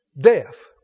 death